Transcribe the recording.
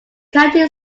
county